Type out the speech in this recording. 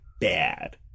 bad